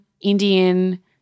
Indian